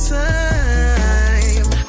time